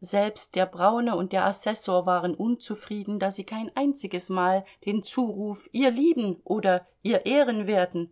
selbst der braune und der assessor waren unzufrieden da sie kein einziges mal den zuruf ihr lieben oder ihr ehrenwerten